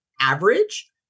average